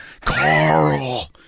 Carl